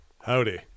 Howdy